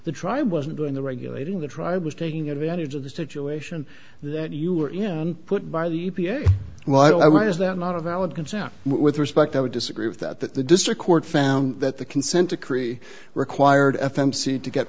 the tribe wasn't doing the regulating the tribe was taking advantage of the situation that you were in and put by the e p a well i why is that not a valid concern with respect i would disagree with that that the district court found that the consent decree required f m c to get